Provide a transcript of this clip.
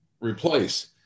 replace